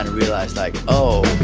realized like, oh.